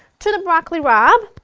to the broccoli rabe,